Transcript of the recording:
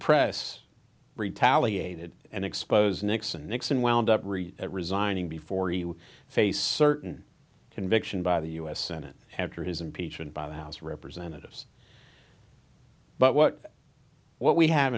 press retaliated and expose nixon nixon wound up read resigning before you face certain conviction by the u s senate after his impeachment by the house of representatives but what what we have